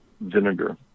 vinegar